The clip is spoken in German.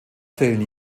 fehlen